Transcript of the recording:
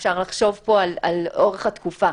אפשר לחשוב על אורך התקופה,